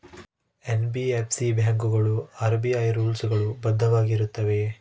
NBFC ಬ್ಯಾಂಕುಗಳು RBI rules ಗಳು ಬದ್ಧವಾಗಿ ಇರುತ್ತವೆಯ?